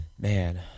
man